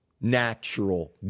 natural